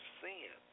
sin